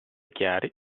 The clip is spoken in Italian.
chiari